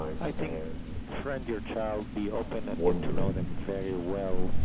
i think friend your child, be open and get to know them very well,